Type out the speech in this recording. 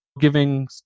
giving